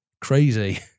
crazy